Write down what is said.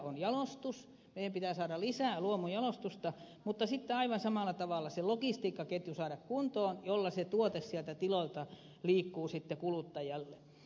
on jalostus meidän pitää saada lisää luomujalostusta mutta sitten aivan samalla tavalla se logistiikkaketju pitää saada kuntoon jolla se tuote sieltä tiloilta liikkuu sitten kuluttajalle